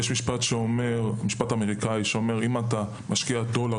יש משפט אמריקני שאומר: אם אתה משקיע דולר